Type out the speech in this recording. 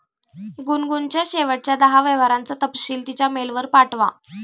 गुनगुनच्या शेवटच्या दहा व्यवहारांचा तपशील तिच्या मेलवर पाठवा